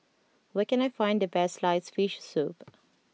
where can I find the best Sliced Fish Soup